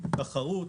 תחרות,